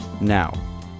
now